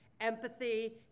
Empathy